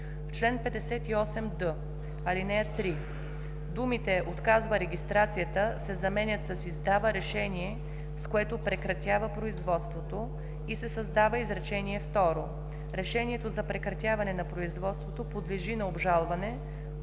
В чл. 58д, ал. 3 думите „отказва регистрацията“ се заменят с „издава решение, с което прекратява производството“ и се създава изречение второ: „Решението за прекратяване на производството подлежи на обжалване